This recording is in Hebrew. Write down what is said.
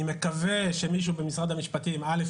אני מקווה שמישהו במשרד המשפטים א.